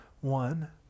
one